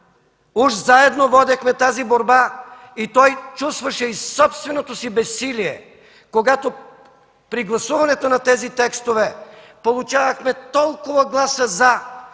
уж заедно водехме тази борба, и той чувстваше собственото си безсилие, когато при гласуването на тези текстове получавахме толкова гласа „за”,